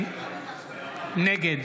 נגד